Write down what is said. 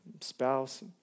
spouse